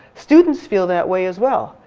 students feel that way as well.